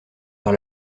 par